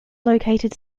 located